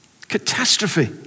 Catastrophe